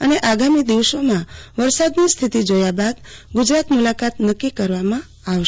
અને આગમી દિવસોમાં વરસાદની સ્થિથિ જોયા બાદ ગુજરાત મુલાકાત નકકી કરવામાં આવશે